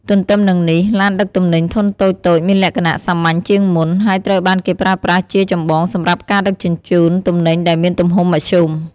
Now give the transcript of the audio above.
ទន្ទឹមនឹងនេះ ឡានដឹកទំនិញធុនតូចៗមានលក្ខណៈសាមញ្ញជាងមុន ហើយត្រូវបានគេប្រើប្រាស់ជាចម្បងសម្រាប់ការដឹកជញ្ជូនទំនិញដែលមានទំហំមធ្យម។